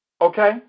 Okay